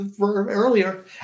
earlier